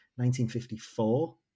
1954